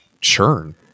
churn